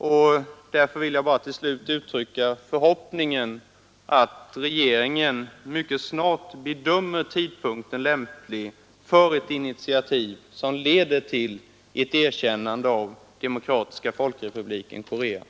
Jag vill därför till slut bara uttrycka förhoppningen att regeringen mycket snart bedömer tidpunkten lämplig för ett initiativ som leder till ett erkännande av Demokratiska folkrepubliken Korea.